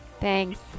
Thanks